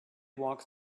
walk